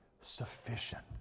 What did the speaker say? sufficient